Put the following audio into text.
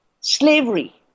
Slavery